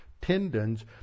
tendons